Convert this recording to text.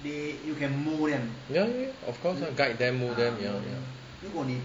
ya ya ya of course lah guide them mould them ya ya